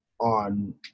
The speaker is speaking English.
on